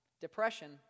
depression